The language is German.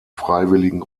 freiwilligen